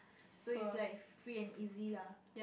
so is like free and easy lah